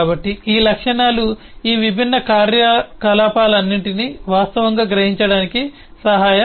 కాబట్టి ఈ లక్షణాలు ఈ విభిన్న కార్యకలాపాలన్నింటినీ వాస్తవంగా గ్రహించటానికి సహాయపడతాయి